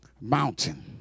mountain